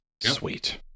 Sweet